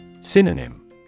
Synonym